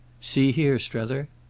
see here, strether.